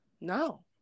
No